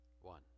One